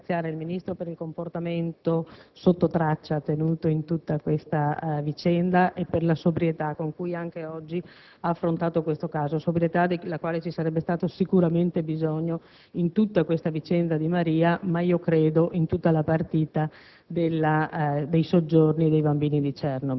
facoltà. VALPIANA *(RC-SE)*. Voglio anzitutto ringraziare il Ministro per il comportamento sottotraccia tenuto in tutta questa vicenda e per la sobrietà con cui anche oggi ha affrontato questo caso. Sobrietà della quale ci sarebbe stato sicuramente bisogno in tutta questa vicenda di Maria, ma, io credo, in tutta la partita